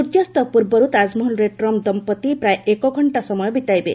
ସ୍ୱର୍ଯ୍ୟାସ୍ତ ପୂର୍ବରୁ ତାଜମହଲରେ ଟ୍ରମ୍ପ୍ ଦମ୍ପତି ପ୍ରାୟ ଏକ ଘଣ୍ଟା ସମୟ ବିତାଇବେ